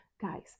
guys